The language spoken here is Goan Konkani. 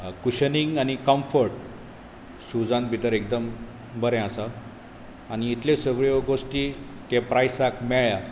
कुशनींग आनी कम्फट शुजान भितर एकदम बरें आसा आनी इतल्यो सगळ्यो गोश्टी त्या प्रायसाक मेळ्या